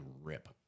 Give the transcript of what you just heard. rip